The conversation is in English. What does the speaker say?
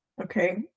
okay